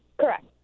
Correct